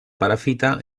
perafita